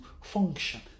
function